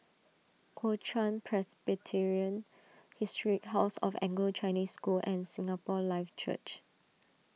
Kuo Chuan Presbyterian Historic House of Anglo Chinese School and Singapore Life Church